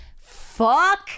Fuck